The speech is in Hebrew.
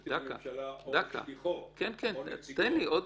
המשפטי לממשלה או שליחו אן נציגתו.